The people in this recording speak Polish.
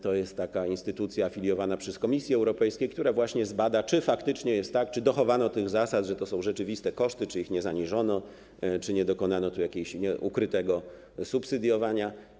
To jest taka instytucja afiliowana przez Komisję Europejską, która właśnie zbada, czy faktycznie jest tak, czy dochowano tych zasad, czy to są rzeczywiste koszty, czy ich nie zaniżono, czy nie dokonano tu jakiegoś ukrytego subsydiowania.